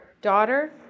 Daughter